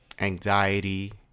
anxiety